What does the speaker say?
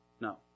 no